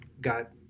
got